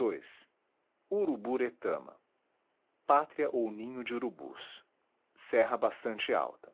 ii uruburetama pátria ou ninho de urubus serra bastante alta